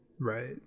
right